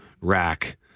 rack